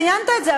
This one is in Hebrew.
ציינת את זה,